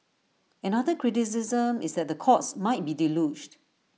another criticism is that the courts might be deluged